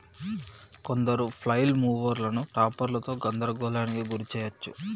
కొందరు ఫ్లైల్ మూవర్లను టాపర్లతో గందరగోళానికి గురి చేయచ్చు